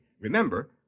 Remember